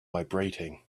vibrating